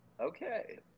okay